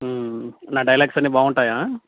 నా డైలాగ్స్ అన్నీ బాగుంటాయా